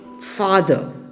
father